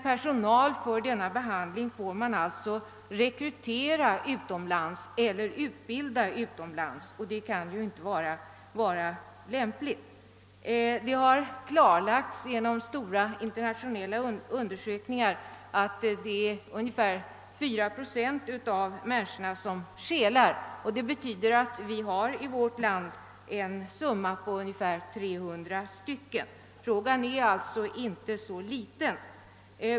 Personal för denna behandling får man alltså rekrytera eller utbilda utomlands, och det kan inte vara lämpligt. Vid stora internationella undersökningar har klarlagts att ungefär 4 procent av människorna skelar, och det betyder att vi i vårt land har ungefär 300 000 sådana personer. Frågan är allt så inte så liten.